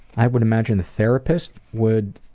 i would imagine a therapist would